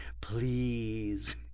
Please